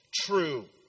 true